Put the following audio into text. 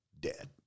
dead